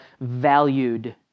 valued